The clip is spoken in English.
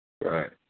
Right